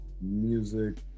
music